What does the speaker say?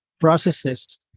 processes